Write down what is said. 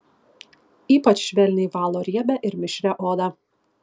ypač švelniai valo riebią ir mišrią odą